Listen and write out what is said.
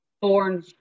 born